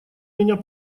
меня